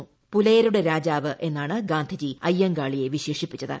്പുലയരുടെ രാജാവ് എന്നാണ് ഗാന്ധിജി അിയ്ക്കാളിയെ വിശേഷിപ്പിച്ചത്